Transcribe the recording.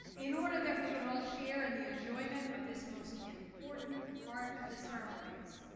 in order that we can all share in the enjoyment of this most important um of the ceremonies,